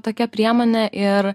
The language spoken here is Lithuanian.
tokia priemonė ir